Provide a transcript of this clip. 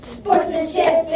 Sportsmanship